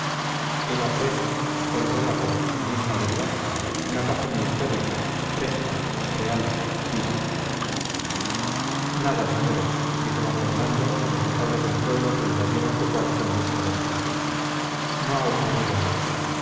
era pues aquel relato la misma verdad una página histórica fresca real viva nada señores dijo don fernando a los notables del pueblo que invadieron su cuarto en busca de noticias no ha ocurrido nada